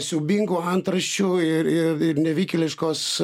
siaubingų antraščių ir ir ir nevykėliškos